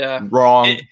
wrong